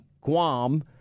Guam